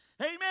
Amen